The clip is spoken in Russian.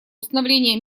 установления